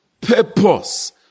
purpose